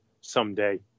someday